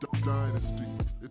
Dynasty